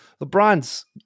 LeBron's